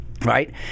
Right